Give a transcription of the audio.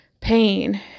pain